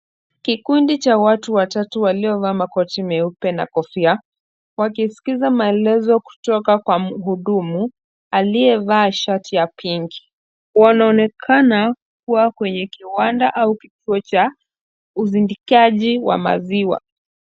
Kikundi cha watu watatu waliovaa makoti meupe na kofia wakiskiza maelezo kutoka kwa mhudumu aliyevaa shati ya pinki. Wanaonekana kua kwenye kiwanda au kituo cha uzindikaji wa maziwa.